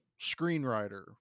screenwriter